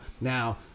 now